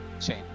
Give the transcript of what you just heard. chain